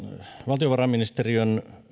valtiovarainministeriön